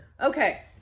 okay